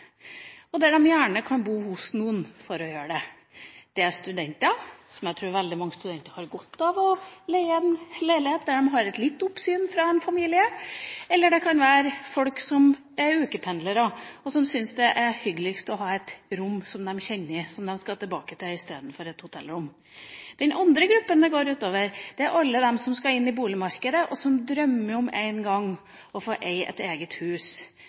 og da de gjerne kan bo hos noen for å få til det. Det er studenter – jeg tror veldig mange studenter har godt av å leie en leilighet der de er under litt oppsyn av en familie – eller det kan være folk som er ukependlere, og som syns det er hyggeligst å ha et rom som de kjenner, som de skal tilbake til, istedenfor et hotellrom. Den andre gruppa det går ut over, er alle dem som skal inn på boligmarkedet, og som drømmer om en gang å få eie et eget hus,